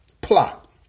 plot